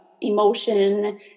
emotion